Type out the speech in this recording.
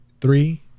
Three